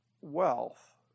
wealth